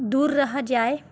دور رہا جائے